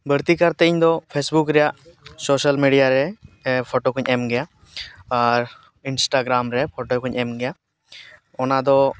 ᱵᱟᱹᱲᱛᱤ ᱠᱟᱨᱛᱮ ᱤᱧᱫᱚ ᱯᱷᱮᱥᱵᱩᱠ ᱨᱮᱭᱟᱜ ᱥᱳᱥᱟᱞ ᱢᱤᱰᱤᱭᱟᱨᱮ ᱯᱳᱴᱳᱠᱚᱧ ᱮᱢ ᱜᱮᱭᱟ ᱟᱨ ᱤᱱᱥᱴᱟᱜᱨᱟᱢᱨᱮ ᱯᱷᱳᱴᱳᱠᱚᱧ ᱮᱢᱜᱮᱭᱟ ᱚᱱᱟᱫᱚ